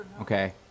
Okay